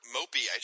Mopey